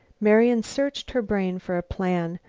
marian searched her brain for a plan.